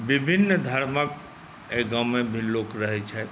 विभिन्न धर्मके एहि गाममे भी लोक रहै छथि